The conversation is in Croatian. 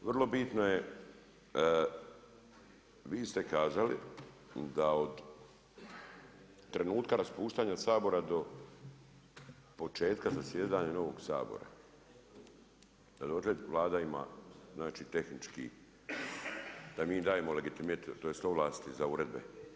Vrlo bitno je, vi ste kazali da od trenutka raspuštanja Sabora do početka zasjedanja novog Sabora, … Vlada ima, znači tehnički da mi dajemo legitimitet tj. ovlasti za uredbe.